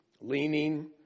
leaning